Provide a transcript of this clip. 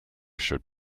should